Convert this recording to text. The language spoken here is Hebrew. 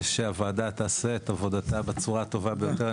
ושהוועדה תעשה את עבודתה בצורה הטובה ביותר,